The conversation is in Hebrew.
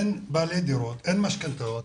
אין בעלי דירות, אין משכנתאות.